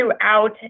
throughout